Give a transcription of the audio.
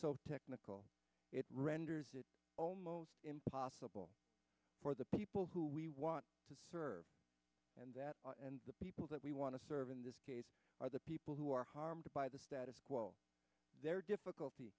so technical it renders it impossible for the people who we want to serve and that the people that we want to serve in this case are the people who are harmed by the status quo there difficulty